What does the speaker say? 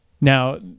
Now